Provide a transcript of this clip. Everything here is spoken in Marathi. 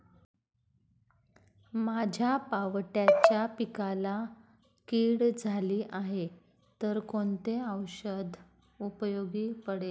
माझ्या पावट्याच्या पिकाला कीड झाली आहे तर कोणते औषध उपयोगी पडेल?